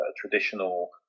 traditional